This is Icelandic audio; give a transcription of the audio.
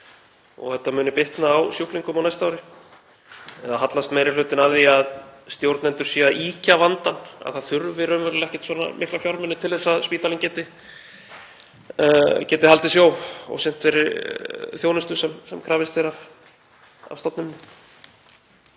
og muni bitna á sjúklingum á næsta ári eða hallast meiri hlutinn að því að stjórnendur séu að ýkja vandann, að það þurfi raunverulega ekkert svona mikla fjármuni til að spítalinn geti haldið sjó og sinnt þeirri þjónustu sem krafist er af honum?